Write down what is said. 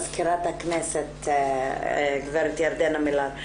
מזכירת הכנסת הגב' ירדנה מלר.